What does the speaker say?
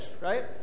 right